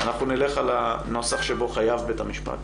אנחנו נלך על הנוסח שבו "חייב בית המשפט".